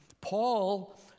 Paul